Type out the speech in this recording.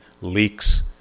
leaks